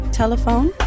telephone